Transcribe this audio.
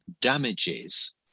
damages